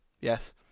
yes